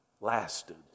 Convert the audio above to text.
lasted